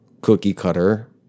cookie-cutter